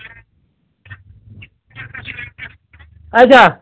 اچھا